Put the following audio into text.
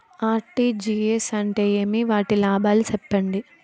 RTGS అంటే ఏమి? వాటి లాభాలు సెప్పండి?